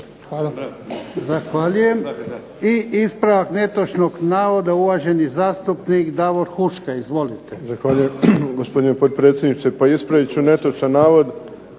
(HDZ)** Zahvaljujem. I ispravak netočnog navoda, uvaženi zastupnik Davor Huška. Izvolite.